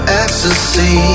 ecstasy